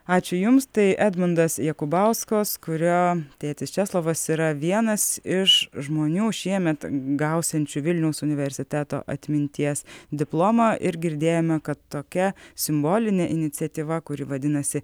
ačiū jums tai edmundas jakubauskas kurio tėtis česlovas yra vienas iš žmonių šiemet gausiančių vilniaus universiteto atminties diplomą ir girdėjome kad tokia simbolinė iniciatyva kuri vadinasi